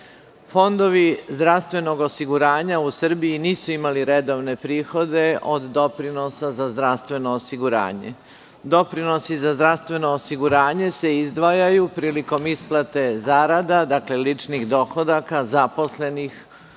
svesni. Fondovi zdravstvenog osiguranja u Srbiji nisu imali redovne prihode od doprinosa za zdravstveno osiguranje. Doprinosi za zdravstveno osiguranje se izdvajaju prilikom isplate zarada, dakle, ličnih dohodaka zaposlenih